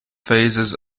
phases